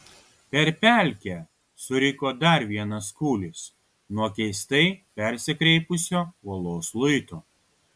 per pelkę suriko dar vienas kūlis nuo keistai persikreipusio uolos luito